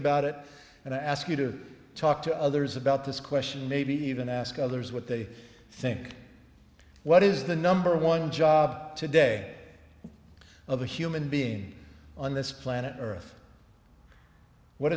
about it and i ask you to talk to others about this question maybe even ask others what they think what is the number one job today of a human being on this planet earth what